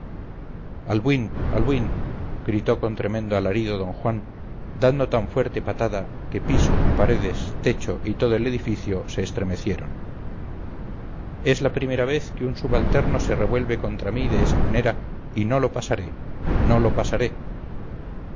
albuín gritó con tremendo alarido d juan dando tan fuerte patada que piso paredes techo y todo el edificio se estremecieron es la primera vez que un subalterno se revuelve contra mí de esa manera y no lo pasaré no lo pasaré